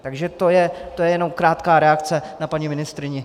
Takže to je jenom krátká reakce na paní ministryni.